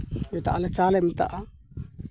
ᱢᱮᱛᱟᱜ ᱟᱞᱮ ᱪᱟ ᱞᱮ ᱢᱮᱛᱟᱜᱼᱟ